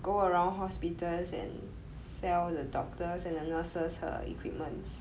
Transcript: go around hospitals and sell the doctors and the nurses her equipments